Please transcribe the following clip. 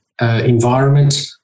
environment